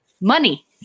money